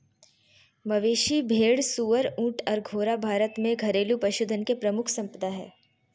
मवेशी, भेड़, सुअर, ऊँट आर घोड़ा भारत में घरेलू पशुधन के प्रमुख संपदा हय